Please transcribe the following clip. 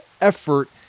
effort